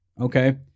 Okay